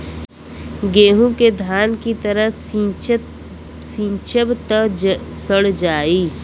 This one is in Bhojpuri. गेंहू के धान की तरह सींचब त सड़ जाई